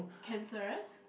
cancerous